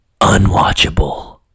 unwatchable